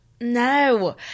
No